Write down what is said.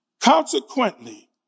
Consequently